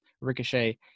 Ricochet